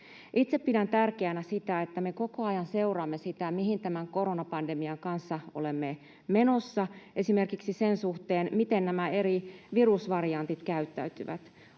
Itse pidän tärkeänä sitä, että me koko ajan seuraamme sitä, mihin tämän koronapandemian kanssa olemme menossa esimerkiksi sen suhteen, miten nämä eri virusvariantit käyttäytyvät.